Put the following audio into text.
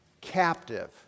captive